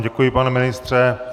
Děkuji, pane ministře.